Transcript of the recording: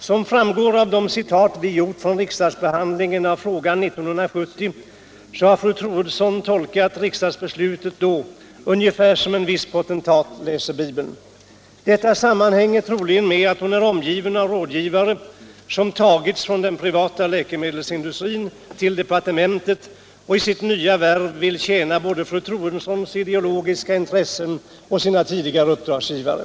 Som framgår av de citat vi gjort från riksdagsbehandlingen av frågan 1970 har fru Troedsson tolkat riksdagsbeslutet då ungefär som en viss potentat läser bibeln. Detta sammanhänger troligen med att hon är omgiven av rådgivare som tagits från den privata läkemedelsindustrin till departementet och som i sitt nya värv vill tjäna både fru Troedssons ideologiska intressen och sina tidigare uppdragsgivare.